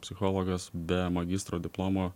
psichologas be magistro diplomo